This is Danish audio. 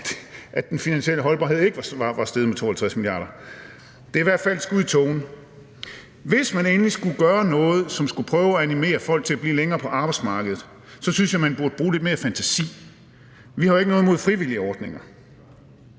at den finansielle holdbarhed ikke var steget med 52 milliarder. Det er i hvert fald et skud i tågen. Hvis man endelig skulle gøre noget, som skulle prøve at animere folk til at blive længere på arbejdsmarkedet, så synes jeg, at man burde bruge lidt mere fantasi. Vi har jo ikke noget imod frivilligordninger.